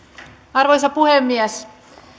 arvoisa puhemies